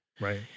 Right